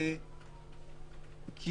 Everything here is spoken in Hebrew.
כי